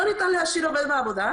לא ניתן להשאיר עובדת בעבודה,